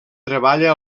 treballa